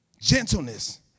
Gentleness